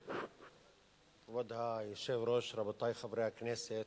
כבוד היושב-ראש, רבותי חברי הכנסת,